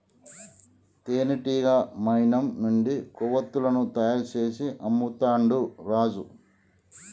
తేనెటీగ మైనం నుండి కొవ్వతులను తయారు చేసి అమ్ముతాండు రాజు